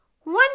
One